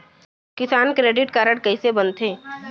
किसान credit card कइसे बनथे?